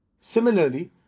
Similarly